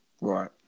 Right